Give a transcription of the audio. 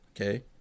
Okay